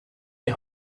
die